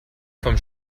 vom